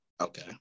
okay